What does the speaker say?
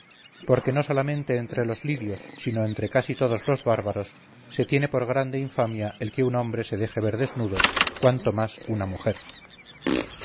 porque no solamente entre los lidios sino entre casi todos los bárbaros se tiene por grande infamia el que un hombre se deje ver desnudo cuanto más una mujer